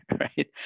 right